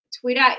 Twitter